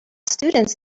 students